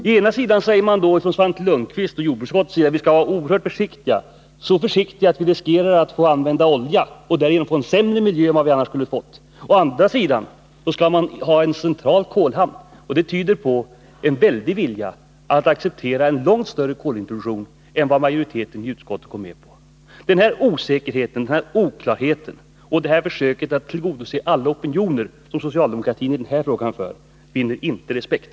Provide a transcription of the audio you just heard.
Å ena sidan säger Svante Lundkvist och andra ledamöter av jordbruksutskottet att vi skall vara oerhört försiktiga — så försiktiga att vi riskerar att få använda olja och därigenom få en sämre miljö än vi annars skulle fått. Å andra sidan vill man ha en central kolhamn. Det tyder på en väldig vilja att acceptera en långt större kolintroduktion än den majoriteten i utskottet går med på. Denna osäkerhet och oklarhet, detta försök som socialdemokraterna gör att tillgodose alla opinioner, vinner inte respekt.